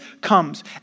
comes